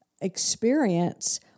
experience